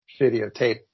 videotape